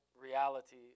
reality